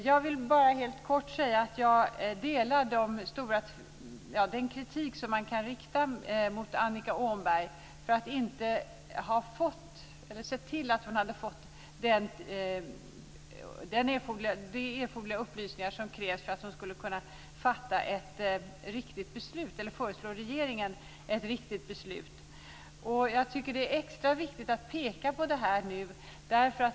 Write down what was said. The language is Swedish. Jag vill helt kort säga att jag delar den kritik som man kan rikta mot Annika Åhnberg för att hon inte har sett till att få de erforderliga upplysningar som krävts för att föreslå regeringen ett riktigt beslut. Det är extra viktigt att nu peka på detta.